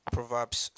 Proverbs